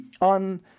on